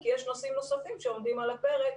כי גם נושאים נוספים שעומדים על הפרק,